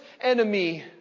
enemy